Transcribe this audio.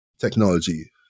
technology